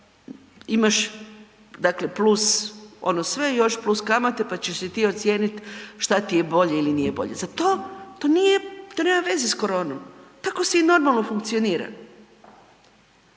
imaš dakle plus ono sve i još plus kamate pa ćeš si ti ocijeniti šta ti je bolje ili nije bolje. Za to, to nije, to nema veze s koronom. Tako se i normalno funkcionira.